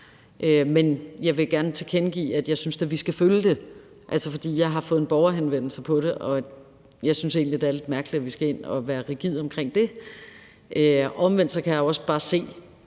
Men jeg vil gerne tilkendegive, at jeg da synes, at vi skal følge det, for jeg har fået en borgerhenvendelse om det, og jeg synes egentlig, det er lidt mærkeligt, at vi skal være rigide omkring det. Omvendt kan jeg også bare se